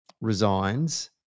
resigns